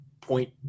point